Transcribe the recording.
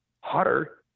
hotter